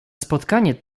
spotkanie